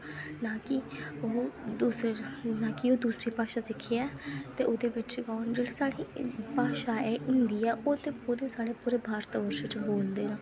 ना कि ओह् दूसरी भाशा सिक्खियै ते ओह्दे बिच्च रौह्न जेह्ड़ी साढ़ी भाशा हिन्दी ऐ ओह् ते सारे भारत वर्श च बोलदे न